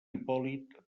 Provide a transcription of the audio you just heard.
hipòlit